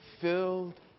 filled